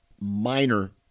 Minor